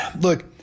look